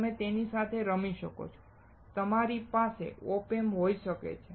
તમે તેની સાથે રમી શકો છો તમારી પાસે OP Amps હોઈ શકે છે